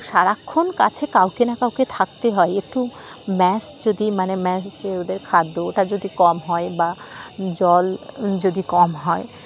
সারাক্ষণ কাছে কাউকে না কাউকে থাকতে হয় একটু ম্যাশ যদি মানে ম্যাশ যে ওদের খাদ্য ওটা যদি কম হয় বা জল যদি কম হয়